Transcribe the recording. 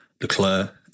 Leclerc